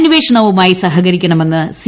അന്വേഷണവുമായി സഹകരിക്കണമെന്ന് സി